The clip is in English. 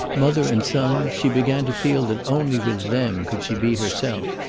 mother and son, she began to feel that only with them could she be herself.